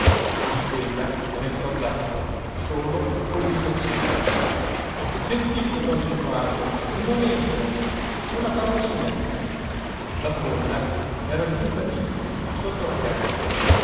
in quella rientrò zacco solo col viso acceso sentite don gesualdo un momento una parolina la folla era giunta lì sotto la casa